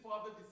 father